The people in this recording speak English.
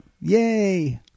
Yay